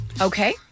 Okay